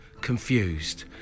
confused